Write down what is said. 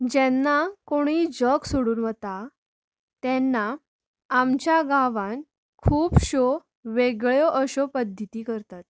जेन्ना कोणूय जग सोडून वता तेन्ना आमच्या गांवांत खुबश्यो वेगळ्यो अश्यो पद्दती करतात